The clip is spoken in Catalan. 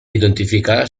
identificar